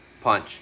Punch